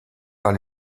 par